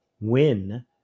win